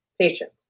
patience